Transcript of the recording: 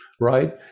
right